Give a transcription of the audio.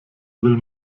will